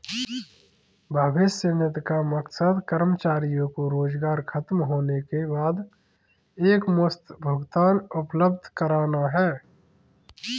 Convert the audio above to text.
भविष्य निधि का मकसद कर्मचारियों को रोजगार ख़तम होने के बाद एकमुश्त भुगतान उपलब्ध कराना है